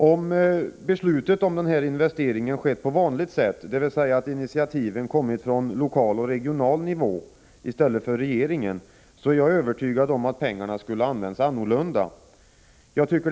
Om beslutet om denna investering hade skett på vanligt sätt, dvs. så att initiativet kommit från lokal och regional nivå i stället för från regeringen, skulle pengarna ha använts annorlunda — det är jag övertygad om.